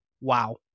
wow